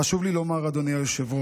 חשוב לי לומר, אדוני היושב-ראש,